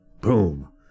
Boom